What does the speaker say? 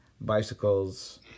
bicycles